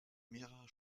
mehrere